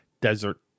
desert